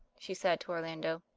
she said to orlando.